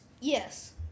Yes